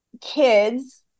kids